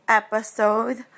episode